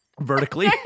vertically